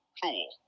cool